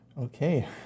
okay